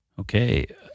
Okay